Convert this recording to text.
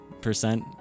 percent